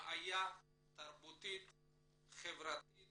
בעיה תרבותית-חברתית